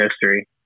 history